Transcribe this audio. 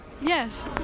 Yes